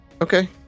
Okay